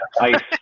Ice